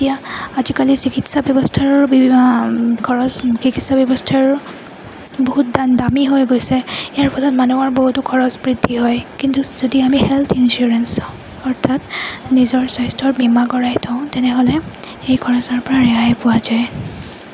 এতিয়া আজিকালি চিকিৎসা ব্যৱস্থাৰো খৰচ চিকিৎসা ব্যৱস্থাৰ বহুত দামী হৈ গৈছে ইয়াৰ ফলত মানুহৰ বহুতো খৰচ বৃদ্ধি হয় কিন্তু যদি আমি হেল্থ ইঞ্চুৰেঞ্চ অৰ্থাৎ নিজৰ স্বাস্থ্যৰ বীমা কৰাই থওঁ তেনেহ'লে এই খৰচৰপৰা ৰেহাই পোৱা যায়